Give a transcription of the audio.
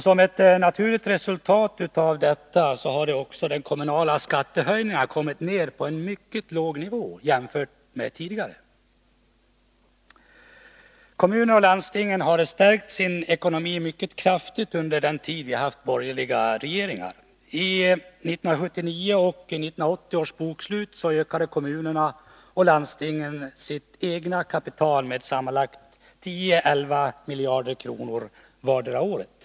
Som ett naturligt resultat hade också de kommunala skattehöjningarna kommit ner till en mycket låg nivå jämfört med tidigare. Kommunerna och landstingen har stärkt sin ekonomi mycket kraftigt under den tid vi haft borgerliga regeringar. I 1979 och 1980 års bokslut ökade kommunerna och landstingen sitt egna kapital med sammanlagt 10-11 miljarder kronor vartdera året.